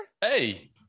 Hey